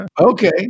Okay